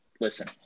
Listen